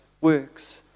works